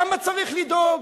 למה צריך לדאוג?